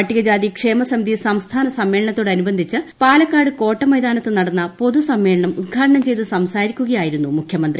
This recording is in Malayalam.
പട്ടികജാതി ക്ഷേമ സമിതി സംസ്ഥാന സമ്മേളനതോടനുബന്ധിച്ചു പാലക്കാട് കോട്ടമൈതാനത്ത് നടന്ന പൊതുസമ്മേളനം ഉത്ഘാടനം ചെയ്തു സംസാരിക്കുകയായിരുന്നു മുഖ്യമന്ത്രി